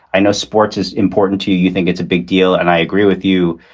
i know sports is important to you. you think it's a big deal. and i agree with you.